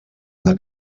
una